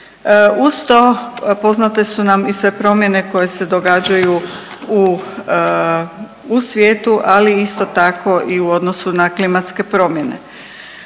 Uz to poznate su nam i sve promjene koje se događaju u, u svijetu, ali isto tako i u odnosu na klimatske promjene.